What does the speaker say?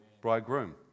bridegroom